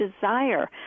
desire